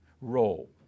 role